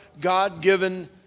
God-given